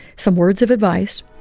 some words of advice,